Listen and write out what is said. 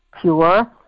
Pure